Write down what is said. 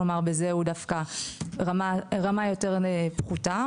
כלומר בזה הוא דווקא ברמה יותר נמוכה,